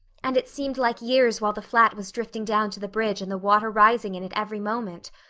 and it seemed like years while the flat was drifting down to the bridge and the water rising in it every moment.